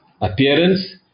appearance